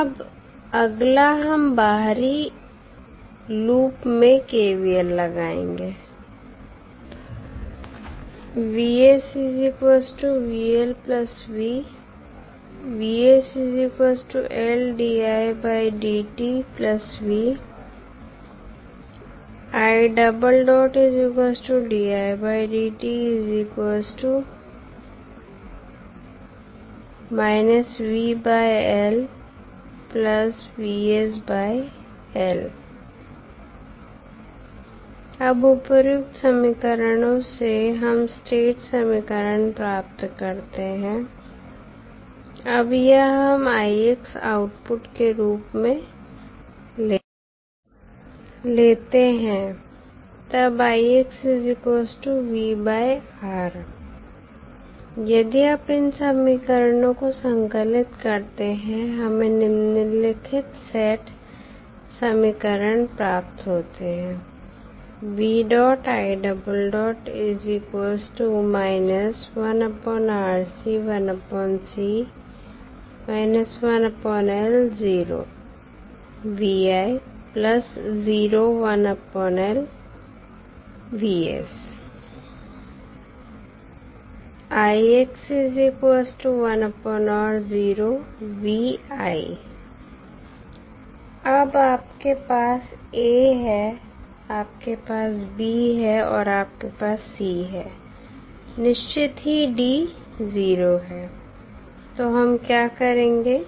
अब अगला हम बाहरी लोग में KVL लगाएंगे अब उपर्युक्त समीकरणों से हम स्टेट समीकरण प्राप्त करते हैं अब यह हम आउटपुट के रूप में लेते हैं तब यदि आप इन समीकरणों को संकलित करते हैं हमें निम्नलिखित स्टेट समीकरण प्राप्त होते हैं अब आपके पास A है आपके पास B है और आपके पास C है निश्चित ही D 0 है तो हम क्या करेंगे